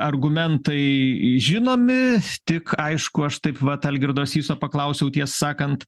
argumentai žinomi tik aišku aš taip vat algirdo syso paklausiau ties sakant